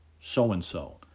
so-and-so